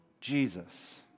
Jesus